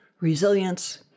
resilience